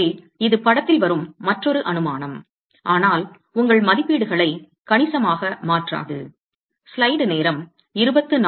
எனவே இது படத்தில் வரும் மற்றொரு அனுமானம் ஆனால் உங்கள் மதிப்பீடுகளை கணிசமாக மாற்றாது